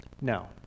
No